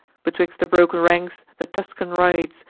betwixt the broken ranks the tuscan rides,